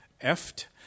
Eft